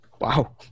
Wow